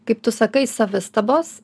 kaip tu sakai savistabos